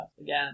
again